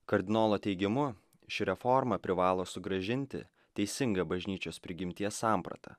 kardinolo teigimu ši reforma privalo sugrąžinti teisingą bažnyčios prigimties sampratą